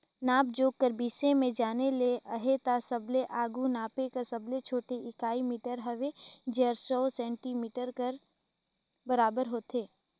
नाप जोख कर बिसे में जाने ले अहे ता सबले आघु नापे कर सबले छोटे इकाई मीटर हवे जेहर सौ सेमी कर बराबेर होथे